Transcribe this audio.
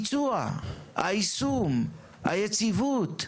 אבל הביצוע, היישום, היציבות,